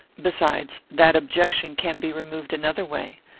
besides, that objection can be removed another way.